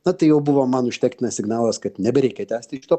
na tai jau buvo man užtektinas signalas kad nebereikia tęsti šito